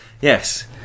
yes